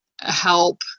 help